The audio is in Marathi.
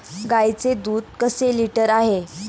गाईचे दूध कसे लिटर आहे?